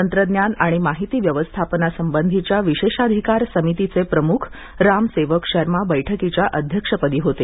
तंत्रज्ञान आणि माहिती व्यवस्थापनासंबंधीच्या विशेषाधिकार समितीचे प्रमुख राम सेवक शर्मा बैठकीच्या अध्यक्षपदी होते